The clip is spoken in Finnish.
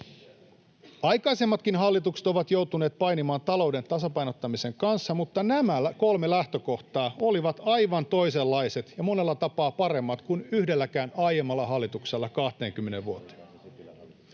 Aikaisemmatkin hallitukset ovat joutuneet painimaan talouden tasapainottamisen kanssa, mutta nämä kolme lähtökohtaa olivat aivan toisenlaiset ja monella tapaa paremmat kuin yhdelläkään aiemmalla hallituksella 20 vuoteen.